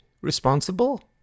responsible